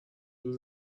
روز